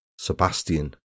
sebastian